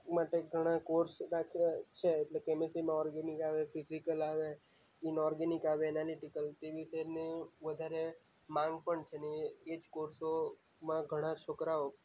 માટે ઘણા કોર્ષ રાખ્યા છે એટલે કેમેસ્ટ્રીમાં ઓર્ગેનિક આવે ફિઝિકલ આવે ઇનઓર્ગેનિક આવે એનાલિટીકલ તે વિષયની વધારે માંગ પણ છે અને એ એજ કોર્સોમાં ઘણા છોકરાઓ